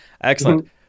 Excellent